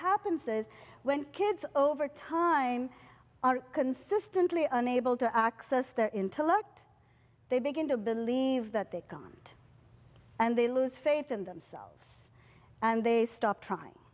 happens is when kids over time are consistently unable to access their intellect they begin to believe that they come out and they lose faith in themselves and they stop trying